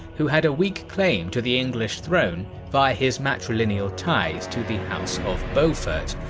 who had a weak claim to the english throne via his matrilineal ties to the house of beaufort,